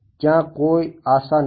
ત્યાં કોઈ આશા નથી